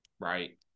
Right